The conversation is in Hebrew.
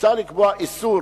מוצע לקבוע איסור